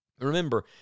Remember